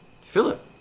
Philip